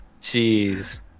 Jeez